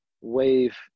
wave